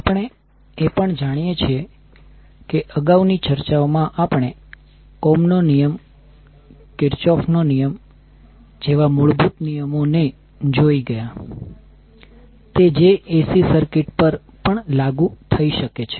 આપણે એ પણ જાણીએ છીએ કે અગાઉની ચર્ચાઓમાં આપણે ઓહમ નો નિયમ ohms law કિર્ચોફ Kirchhoff's નો નિયમ જેવા મૂળભૂત નિયમો ને જોઈ ગયા તે જે AC સર્કિટ પર પણ લાગુ થઈ શકે છે